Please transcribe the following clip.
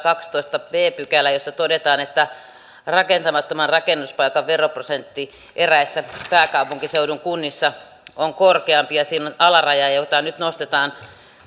tämä kahdestoista b pykälä jossa todetaan että rakentamattoman rakennuspaikan veroprosentti eräissä pääkaupunkiseudun kunnissa on korkeampi ja siinä on alaraja jota nyt nostetaan